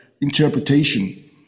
interpretation